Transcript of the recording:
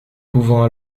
pouvant